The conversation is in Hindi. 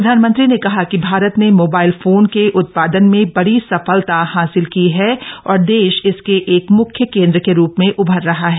प्रधानमंत्री ने कहा कि भारत ने मोबाइल फोन के उत्पादन में बड़ी सफलता हासिल की है और देश इसके एक मुख्य केन्द्र के रूप में उभर रहा है